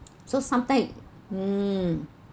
so sometime mm